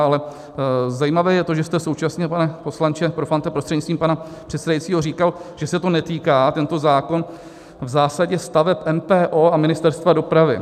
Ale zajímavé je to, že jste současně, pane poslanče Profante, prostřednictvím pana předsedajícího, říkal, že se to netýká, tento zákon, v zásadě staveb MPO a Ministerstva dopravy.